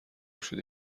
شدی